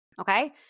okay